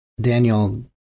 Daniel